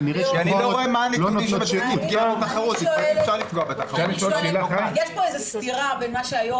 כנראה --- יש פה איזו סתירה בין מה שהיו"ר